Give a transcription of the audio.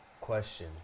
Question